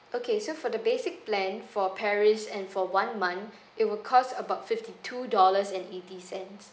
okay so for the basic plan for paris and for one month it will cost about fifty two dollars and eighty cents